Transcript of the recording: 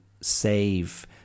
save